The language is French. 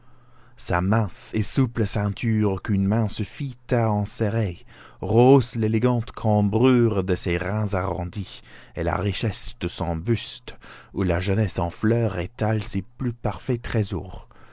sa mince et souple ceinture qu'une main suffit à enserrer rehausse l'élégante cambrure de ses reins arrondis et la richesse de son buste où la jeunesse en fleur étale ses plus parfaits